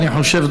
אני חושב,